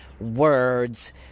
words